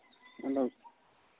ᱟᱫᱚ